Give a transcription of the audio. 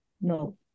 no